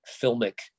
filmic